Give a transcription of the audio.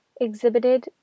exhibited